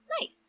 Nice